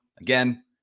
Again